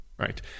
Right